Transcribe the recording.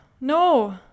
No